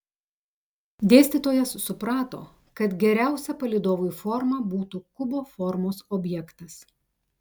dėstytojas suprato kad geriausia palydovui forma būtų kubo formos objektas